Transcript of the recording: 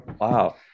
Wow